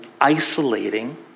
isolating